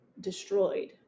destroyed